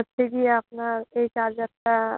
হচ্ছে গিয়ে আপনার এই চার্জারটা